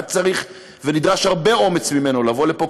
היה צריך ונדרש הרבה אומץ ממנו לבוא לפה,